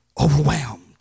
Overwhelmed